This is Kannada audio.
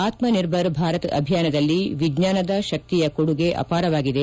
ಆತ್ಮನಿರ್ಭರ್ ಭಾರತ್ ಅಭಿಯಾನದಲ್ಲಿ ವಿಜ್ಞಾನದ ಶಕ್ತಿಯ ಕೊಡುಗೆ ಅಪಾರವಾಗಿದೆ